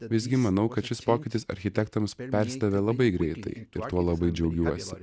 visgi manau kad šis pokytis architektams persidavė labai greitai ir tuo labai džiaugiuosi